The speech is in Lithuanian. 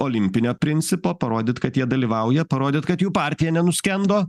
olimpinio principo parodyt kad jie dalyvauja parodyt kad jų partija nenuskendo